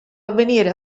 avvenire